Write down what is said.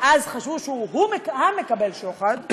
אז חשבו שהוא ה-מקבל השוחד,